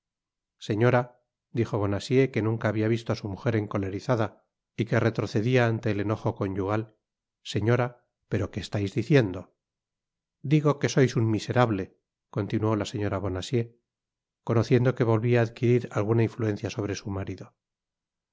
señora dijo bonacieux que nunca habia visto á su mujer encolerizada y que retrocedia ante el enojo conyugal señora pero qué estais diciendo digo que sois un miserable continuó la señora bonacieux conociendo que volvia á adquirir alguna influencia sobre su marido ah